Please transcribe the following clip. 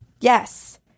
Yes